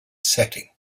setting